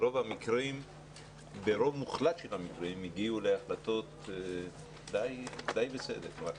ברוב מוחלט של המקרים הגיעו להחלטות די בסדר.